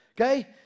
okay